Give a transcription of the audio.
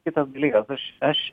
kitas dalykas aš aš